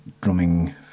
drumming